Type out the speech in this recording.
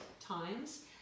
times